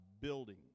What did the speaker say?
building